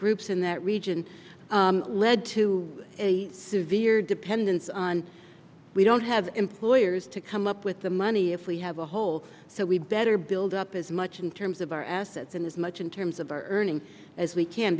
groups in that region led to a severe dependence on we don't have employers to come up with the money if we have a hole so we better build up as much in terms of our assets in this much in terms of earnings as we can